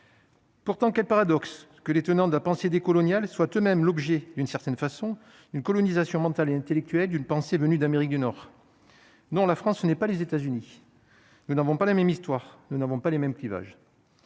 Pourtant, quel paradoxe que les tenants de la pensée des coloniale, soit tout de même l'objet d'une certaine façon une colonisation mentale et intellectuelle d'une pensée venus d'Amérique du Nord, non la France n'est pas les États-Unis, nous n'avons pas la même histoire : nous n'avons pas les mêmes clivages.